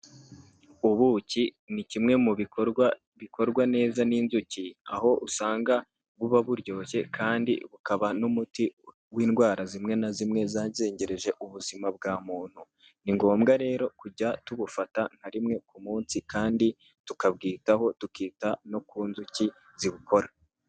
Ubuki ni kimwe mu bikorwa bikorwa neza n'inzuki aho usanga buba buryoshye kandi bukaba n'umuti w'indwara zimwe na zimwe zazengereje ubuzima bwa muntu. Ni ngombwa rero kujya tubufata nka rimwe ku munsi kandi tukabwitaho tukita no ku nzuki zibukora.